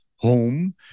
home